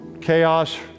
Chaos